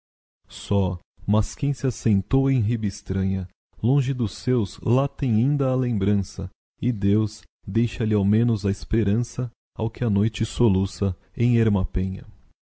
mas quem se assentou em riba estranha longe dos seus lá tem inda a lembrança e deus deixa lhe ao menos a esperança ao que á noite soluça em erma penha